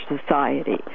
society